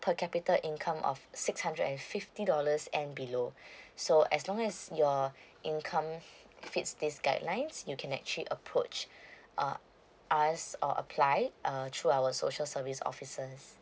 per capita income of six hundred and fifty dollars and below so as long as your income fits these guidelines you can actually approach uh us or apply uh through our social service officers